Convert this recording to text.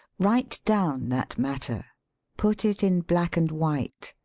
write down that matter put it in black and white.